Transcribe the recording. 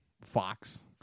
Fox